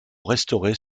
restaurées